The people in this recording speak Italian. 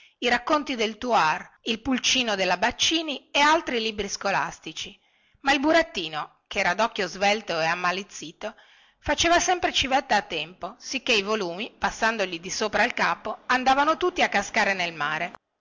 i racconti del thouar il pulcino della baccini e altri libri scolastici ma il burattino che era docchio svelto e ammalizzito faceva sempre civetta a tempo sicché i volumi passandogli di sopra al capo andavano tutti a cascare nel mare